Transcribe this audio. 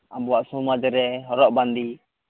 ᱟᱵᱚᱣᱟᱜ ᱥᱚᱢᱟᱡᱽ ᱨᱮ ᱦᱚᱨᱚᱜ ᱵᱟᱸᱫᱮᱹ